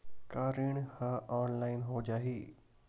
का ऋण ह ऑनलाइन हो जाही?